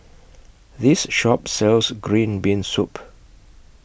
This Shop sells Green Bean Soup